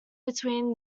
between